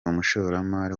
umushoramari